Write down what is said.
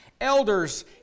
Elders